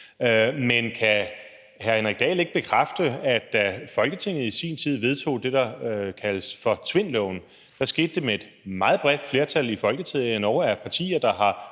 Men kan hr. Henrik Dahl ikke bekræfte, at da Folketinget i sin tid vedtog det, der kaldes for Tvindloven, skete det med et meget bredt flertal i Folketinget? Det drejede sig